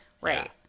right